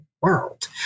world